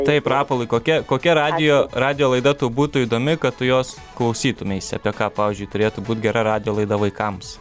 taip rapolai kokia kokia radijo radijo laida tau būtų įdomi kad tu jos klausytumeisi apie ką pavyzdžiui turėtų būt gera radijo laida vaikams